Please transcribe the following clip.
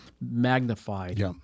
magnified